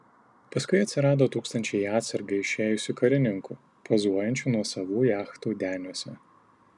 paskui atsirado tūkstančiai į atsargą išėjusių karininkų pozuojančių nuosavų jachtų deniuose